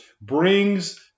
brings